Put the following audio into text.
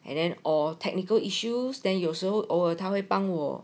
and then or technical issues then 有时候偶尔他会帮我